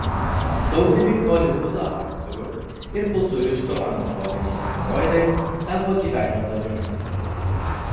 daugeliui holivudo aktorių ir kultūristų anaboliniai steroidai tapo gyvenimo dalimi